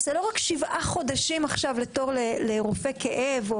זה לא שבעה חודשים עכשיו לתור לרופא כאב,